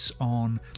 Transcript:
on